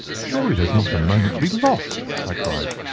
surely there is not a moment to be lost, i cried,